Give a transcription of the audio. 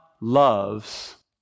loves